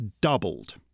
doubled